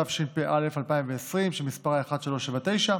התשפ"א 2020, שמספרה 1379,